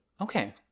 okay